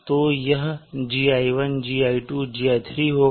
तो यह gi1 gi2 और gi3 होगा